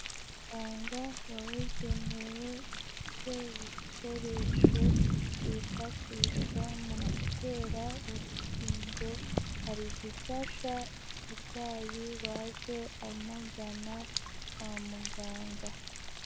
Umuganga wabugenewe ufite ibikoresho byifashishwa mu gutera urukingo, ari gufasha umurwayi waje amugana kwa muganga.